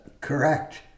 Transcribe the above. Correct